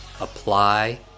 Apply